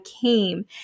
came